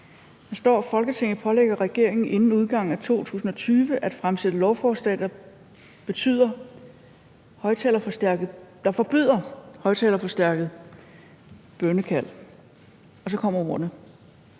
»Folketinget pålægger regeringen inden udgangen af 2020 at fremsætte lovforslag, der forbyder højtalerforstærket bønnekald« – og så kommer ordene: